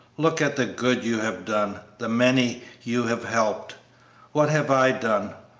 look at the good you have done, the many you have helped what have i done,